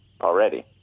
already